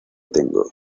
tengo